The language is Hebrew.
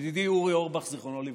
ידידי אורי אורבך, זיכרונו לברכה.